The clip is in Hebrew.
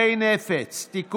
אם אתה מאשים, לפחות תבדוק לפני.